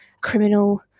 criminal